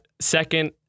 Second